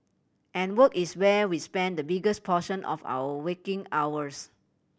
and work is where we spend the biggest portion of our waking hours